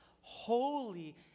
holy